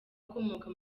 akomoka